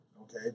Okay